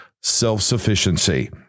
self-sufficiency